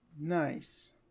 Nice